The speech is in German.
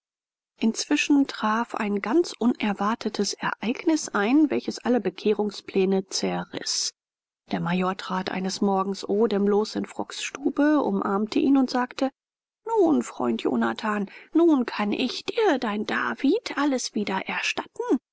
inzwischen traf ein ganz unerwartetes ereignis ein welches alle bekehrungspläne zerriß der major trat eines morgens odemlos in frocks stube umarmte ihn und sagte nun freund jonathan nun kann dir dein david alles wieder erstatten